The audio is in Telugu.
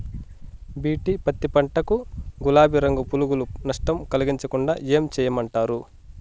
బి.టి పత్తి పంట కు, గులాబీ రంగు పులుగులు నష్టం కలిగించకుండా ఏం చేయమంటారు?